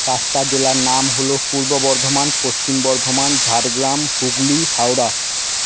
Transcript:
পাঁচটা জেলার নাম হলো পূর্ব বর্ধমান পশ্চিম বর্ধমান ঝাড়গ্রাম হুগলি হাওড়া